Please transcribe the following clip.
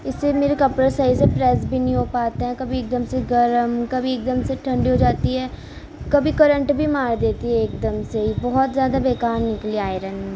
اس سے میرے کپڑے صحیح سے پریس بھی نہیں ہو پاتے ہیں کبھی ایک دم سے گرم کبھی ایک دم سے ٹھنڈی ہو جاتی ہے کبھی کرنٹ بھی مار دیتی ہے ایک دم سے یہ بہت زیادہ بےکار نکلی یہ آئرن